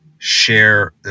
Share